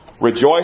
Rejoice